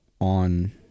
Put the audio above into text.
on